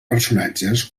personatges